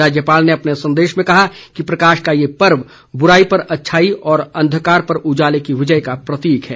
राज्यपाल ने अपने संदेश में कहा कि प्रकाश का ये पर्व बुराई पर अच्छाई व अंधकार पर उजाले की विजय का प्रतीक है